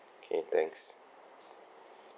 okay thanks